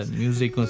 music